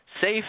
safe